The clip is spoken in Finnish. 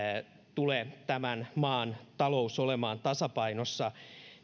tämän maan talous tule olemaan tasapainossa